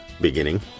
beginning